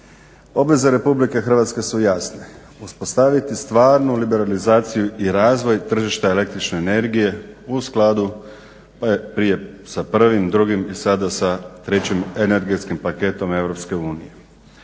Obveze Republike Hrvatske su jasne, uspostaviti stvarnu liberalizaciju i razvoj tržišta električne energije u skladu prije sa prvim, drugim i sada sa trećim energetskim paketom